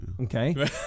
Okay